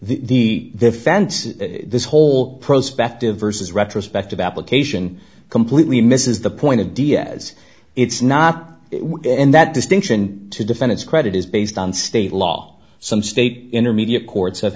the defense is this whole prospect of versus retrospective application completely misses the point of diaz it's not and that distinction to defend its credit is based on state law some state intermediate courts have